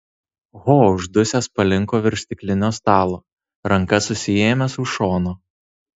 ho uždusęs palinko virš stiklinio stalo ranka susiėmęs už šono